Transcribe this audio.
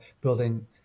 building